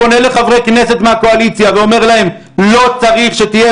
פונה לחברי כנסת מהקואליציה ואומר להם שלא צריכה להיות